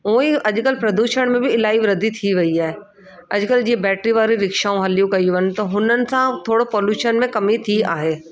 ऊअं ई अॼु कल्ह प्रदूषण में बि इलाही वृद्धि थी वई आहे अॼु कल्ह जीअं बैटिरी वारियूं रिक्षाऊं हलियूं कयूं आहिनि त हुननि सां थोरो पोल्यूशन में कमी थी आहे